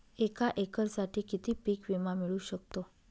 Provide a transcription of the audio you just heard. एका एकरसाठी किती पीक विमा मिळू शकतो?